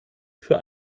für